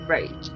Right